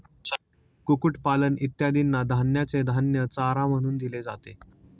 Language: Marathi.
कुक्कुटपालन इत्यादींना धान्याचे धान्य चारा म्हणून दिले जाते